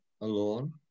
alone